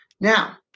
now